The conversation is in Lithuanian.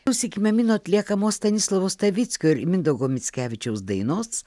klausykime mino atliekamos stanislovo stavickio ir mindaugo mickevičiaus dainos